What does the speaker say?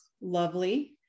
lovely